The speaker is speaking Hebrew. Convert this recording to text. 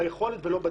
ביכולת ולא בדימוי.